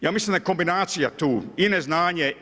Ja mislim da je kombinacija tu i neznanje.